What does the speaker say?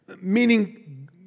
Meaning